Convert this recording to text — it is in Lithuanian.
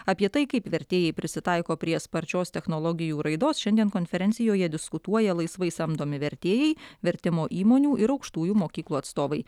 apie tai kaip vertėjai prisitaiko prie sparčios technologijų raidos šiandien konferencijoje diskutuoja laisvai samdomi vertėjai vertimo įmonių ir aukštųjų mokyklų atstovai